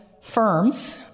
firms